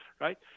right